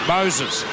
Moses